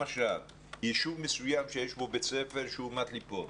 למשל, יישוב מסוים שיש בו בית ספר שהוא מט ליפול,